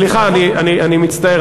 סליחה, אני מצטער.